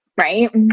Right